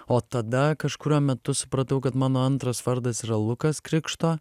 o tada kažkuriuo metu supratau kad mano antras vardas yra lukas krikšto